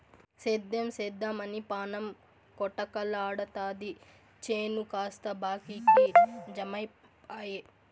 సేద్దెం సేద్దెమని పాణం కొటకలాడతాది చేను కాస్త బాకీకి జమైపాయె